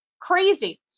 Crazy